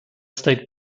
state